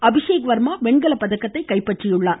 அபிஷேக் வா்மா வெண்கலப்பதக்கத்தை கைப்பற்றினார்